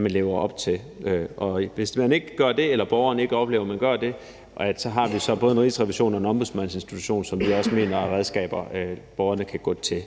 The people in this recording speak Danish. man lever op til det, og hvis borgerne ikke oplever, at man gør det, så har vi jo både en rigsrevision og en ombudsmandsinstitution, som vi også mener er nogle redskaber, som borgerne kan anvende.